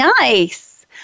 Nice